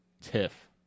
Tiff